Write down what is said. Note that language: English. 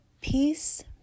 Peace